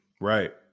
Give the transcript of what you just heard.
Right